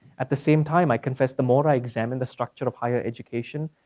at the same time, i confess the more i examine the structure of higher education,